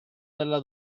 della